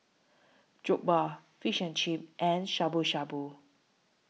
Jokbal Fish and Chips and Shabu Shabu